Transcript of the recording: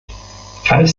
falls